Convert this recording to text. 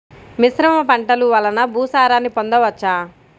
మిశ్రమ పంటలు వలన భూసారాన్ని పొందవచ్చా?